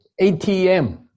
ATM